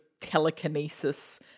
telekinesis